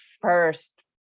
first